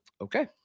okay